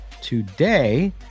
today